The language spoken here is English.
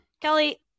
Kelly